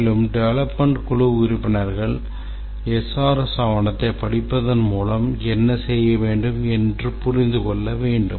மேலும் டெவெலப்மென்ட் குழு உறுப்பினர்கள் SRS ஆவணத்தை படிப்பதன் மூலம் என்ன செய்ய வேண்டும் என்று புரிந்து கொள்ள வேண்டும்